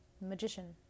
magician